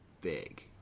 big